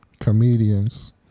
comedians